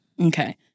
Okay